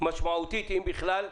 אם בכלל,